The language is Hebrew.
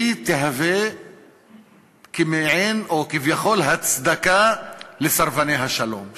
היא תהווה מעין או כביכול הצדקה לסרבני השלום,